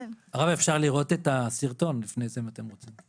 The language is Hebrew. אפשר לראות את הסרטון לפני זה, אם אתם רוצים.